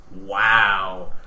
Wow